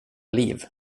liv